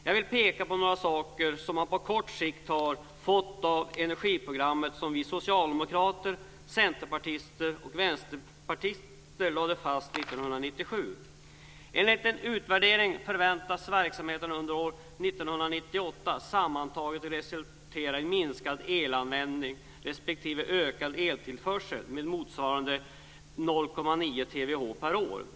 Jag vill peka på några saker som man på kort sikt har uppnått med det energiprogram som socialdemokrater, centerpartister och vänsterpartister lade fast 1997. Enligt en utvärdering förväntas verksamheten under år 1998 sammantaget resultera i minskad elanvändning respektive ökad eltillförsel med motsvarande 0,9 terawattimmar per år.